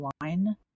line